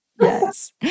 Yes